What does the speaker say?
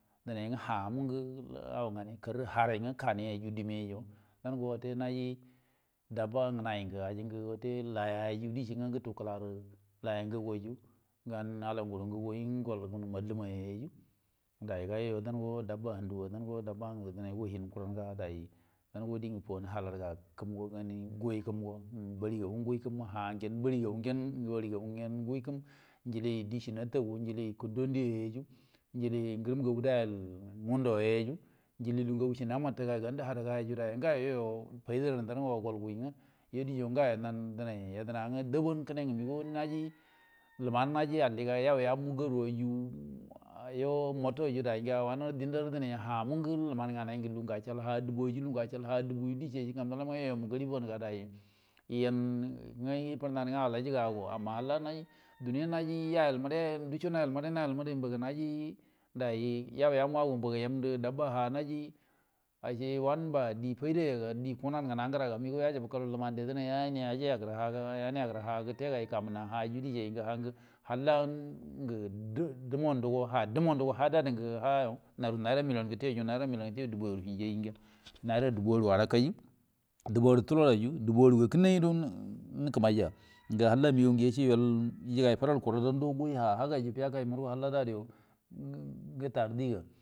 Dumai hamugnu agigangenai kairiharage kani oe dumi dango utebji dabba ngenai ajinge utte layangeui ri gan alaguro enge golgenuwallum maidaiga yoyodango dabba handugadurai go hin kuran gadaidan go de nge funhalan kumge guuikum go lagen bargagu jili deshe naagu jilikundondiyai jiguromgaguddtalgumduri jililugugagu shi namatuga gandue hatgaiyairi gayo faidarandangoga golguui yodiugao dunaiyadunage dabun kunige migau luman najiali ga yau yamugaruduyo ma tou daiga dundaru hamuggu luman ganai lugu ngu achal hadubu yoi lugu nge achal hdubuidae shaikamlamai youmungu ngalibun gadai yan ifunanana alajiga ago amma hala naji yayaz wodai duso nayal mo doi na yal modoi naji dai you yomu agomboga najidaba ha naji ashe wanubade faidayan nge tekunana ngenai ga migau yashe bokalu luman ngur dunna yajiyi yonigir haga yani gir gita ga te shai ga hahalgil dumundo ha dumun do naru nara milon geteir milingi dubuaru himji. naira dubu aru arakai dubu tulori dubu arugakunni ro nukumaiya gahala migau yasha yol ijigai faral kurakndo ha hagai-a fakaimurugo hala yogutara tega manail much ubu nou luman ngia so mutalau gir monaginu naira dai yagir mu luman gudaiso muchubu nau gir milou bor mogau gilarju wanogai agoru kur hago dan halajibanna akuldaiya jibanna yajfu yagau ga damunau yadena.